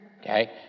okay